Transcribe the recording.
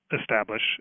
establish